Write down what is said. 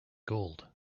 gold